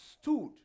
stood